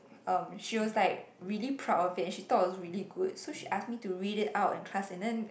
um she was like really proud of it and she thought it was really good so she ask me to read it out in class and then